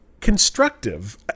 constructive